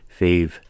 fave